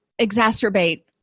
exacerbate